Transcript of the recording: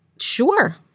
Sure